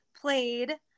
played